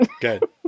Good